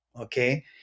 okay